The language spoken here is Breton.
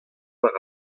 war